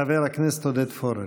חבר הכנסת עודד פורר.